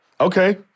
Okay